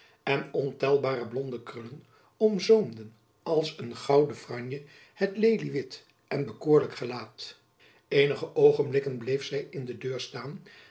en ontelbare blonde krullen omzoomden als een gouden franje het leliewit en bekoorlijk gelaat eenige oogenblikken bleef zy in de deur staan